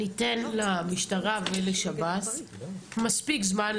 ניתן למשטרה ולשב"ס מספיק זמן,